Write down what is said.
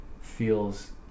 feels